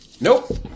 Nope